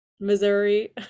missouri